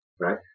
Right